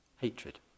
Hatred